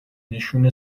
نشون